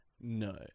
No